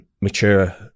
mature